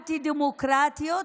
האנטי-דמוקרטיות,